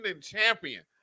champion